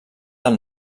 del